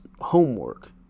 homework